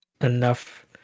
enough